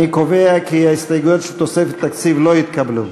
אני קובע כי ההסתייגויות של תוספת תקציב לא התקבלו.